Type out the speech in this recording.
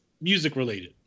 music-related